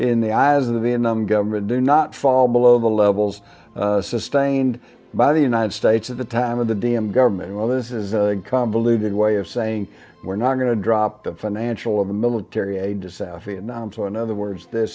in the eyes of the vietnam government do not fall below the levels sustained by the united states at the time of the d m government well this is a convoluted way of saying we're not going to drop the financial of the military aid to south vietnam so in other words th